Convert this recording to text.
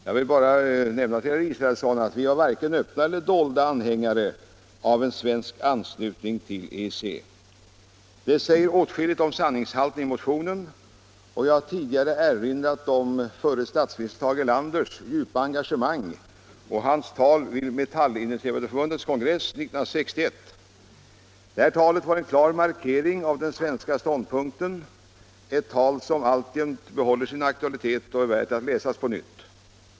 Jag vill bara nämna för herr Israelsson att vi inte var vare sig öppna eller dolda anhängare av en svensk anslutning till EEC. Det citerade säger åtskilligt om sanningshalten i motionen. Jag har tidigare erinrat om förre statsministern Tage Erlanders djupa engagemang och hans tal vid Metallindustriarbetareförbundets kongress 1961. Detta tal var en klar markering av den svenska ståndpunkten — ett tal som alltjämt behåller sin aktualitet och är värt att läsas på nytt.